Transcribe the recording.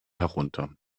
herunter